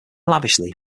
lavishly